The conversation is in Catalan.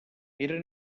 era